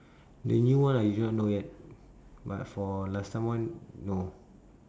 the new one I do not know yet but for last time one no